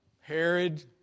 Herod